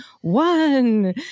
one